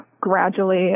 gradually